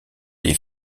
les